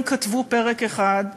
הם כתבו פרק אחד,